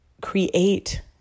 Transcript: create